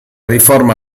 riforma